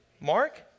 Mark